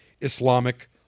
Islamic